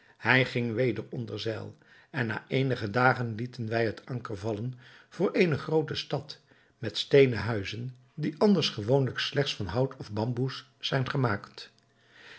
hij ging weder onder zeil en na eenige dagen lieten wij het anker vallen voor eene groote stad met steenen huizen die anders gewoonlijk slechts van hout of van bamboes zijn gemaakt